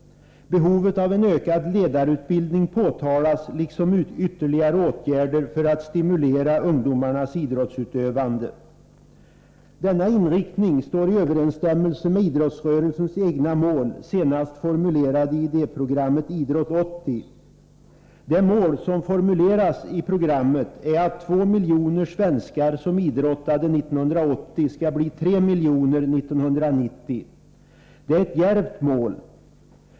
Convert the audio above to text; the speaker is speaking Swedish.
Behovet av en ökad ledarutbildning påtalas, liksom ytterligare åtgärder för att stimulera ungdomarnas idrottsutövande. Denna inriktning står i överensstämmelse med idrottsrörelsens egna mål, senast formulerade i idéprogrammet Idrott 80. Det mål som formuleras i programmet är att två miljoner svenskar som idrottade 1980 skall bli tre miljoner 1990. Det är ett djärvt mål.